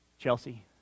Chelsea